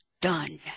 done